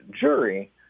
jury